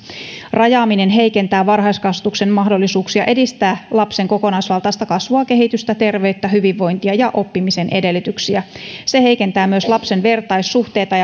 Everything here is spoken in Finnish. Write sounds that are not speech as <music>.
rajaaminen heikentää varhaiskasvatuksen mahdollisuuksia edistää lapsen kokonaisvaltaista kasvua kehitystä terveyttä hyvinvointia ja oppimisen edellytyksiä se heikentää myös lapsen vertaissuhteita <unintelligible>